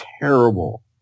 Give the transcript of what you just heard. terrible